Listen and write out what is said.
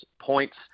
points